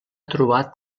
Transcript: trobat